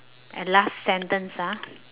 and last sentence ah